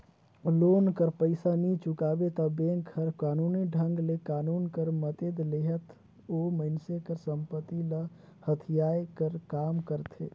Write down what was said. loan कर पइसा नी चुकाबे ता बेंक हर कानूनी ढंग ले कानून कर मदेत लेहत ओ मइनसे कर संपत्ति ल हथियाए कर काम करथे